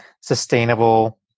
sustainable